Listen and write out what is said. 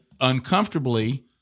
uncomfortably